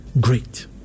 great